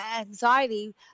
anxiety